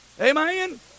Amen